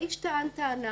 האיש טען טענה,